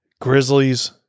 Grizzlies